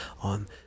on